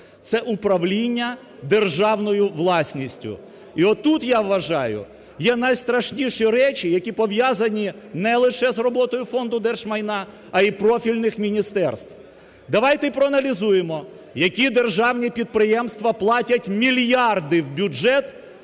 Це управління державною власністю, і от тут, я вважаю, є найстрашніші речі, які пов'язані не лише з роботою Фонду держмайна, а і профільних міністерств. Давайте проаналізуємо, які державні підприємства платять мільярди в бюджет,